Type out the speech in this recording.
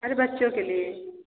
अरे बच्चों के लिए